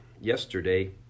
yesterday